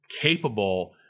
capable